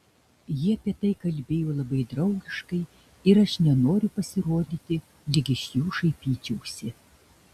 jie apie tai kalbėjo labai draugiškai ir aš nenoriu pasirodyti lyg iš jų šaipyčiausi